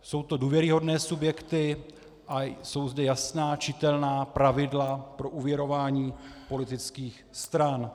Jsou to důvěryhodné subjekty a jsou zde jasná, čitelná pravidla pro úvěrování politických stran.